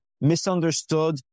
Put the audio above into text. misunderstood